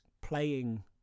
playing